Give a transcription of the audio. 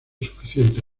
suficiente